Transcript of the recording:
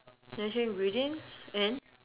natural ingredients and